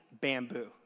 bamboo